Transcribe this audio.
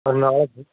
one அவருக்கு